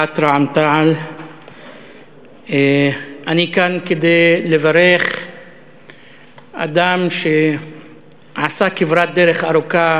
בסיעת רע"ם-תע"ל אני כאן כדי לברך אדם שעשה כברת דרך ארוכה